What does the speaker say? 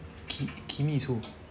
ki~ kimi is who